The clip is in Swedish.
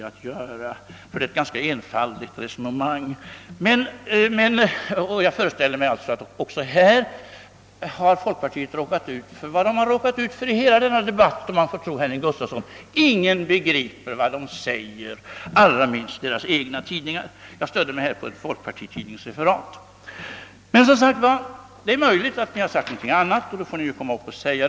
Det är fråga om ett ganska enfaldigt resonemang, men det kanske beror på att folkpartiet här råkat ut för detsamma som man gjort under hela denna debatt — enligt vad herr Gustafsson i Skellefteå ansåg: Ingen begriper vad de menar med vad de säger, allra minst deras egna tidningar. Jag har stött mig på ett folkpartitidningsreferat från stämman i Sundsvall, men det är möjligt att herr Ohlin sade någonting annat än vad som där angivits.